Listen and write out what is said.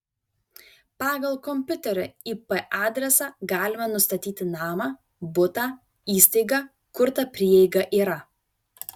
pagal kompiuterio ip adresą galima nustatyti namą butą įstaigą kur ta prieiga yra